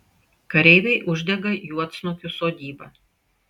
kareiviai uždega juodsnukių sodybą